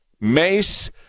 Mace